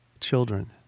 children